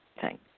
Thank